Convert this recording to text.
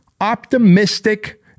optimistic